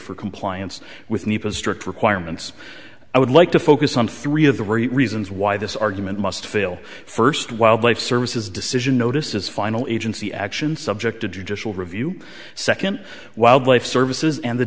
for compliance with nepa strict requirements i would like to focus on three of the reasons why this argument must fail first wildlife services decision notices final agency actions subject to judicial review second wildlife services and the